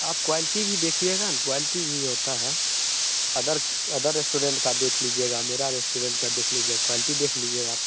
आप क्वायलिटी भी देखिएगा न क्वायलिटी भी होता है अदर क अदर रेस्टोरेंट का देख लीजिएगा मेरे रेस्टोरेंट का देख लीजिए क्वालिटी देख लीजिएगा आप